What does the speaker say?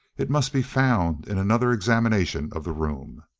it must be found in another examination of the room.